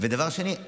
ודבר שני,